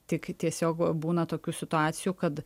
tik tiesiog būna tokių situacijų kad